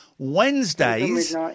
Wednesdays